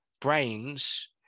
brains